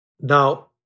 Now